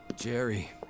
Jerry